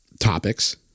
Topics